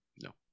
No